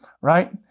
right